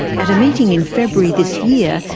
at a meeting in february this year,